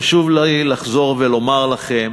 חשוב לי לחזור ולומר לכם